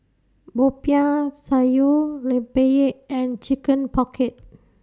Popiah Sayur Rempeyek and Chicken Pocket